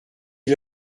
est